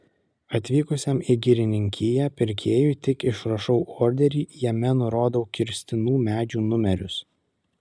atvykusiam į girininkiją pirkėjui tik išrašau orderį jame nurodau kirstinų medžių numerius